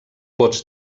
vots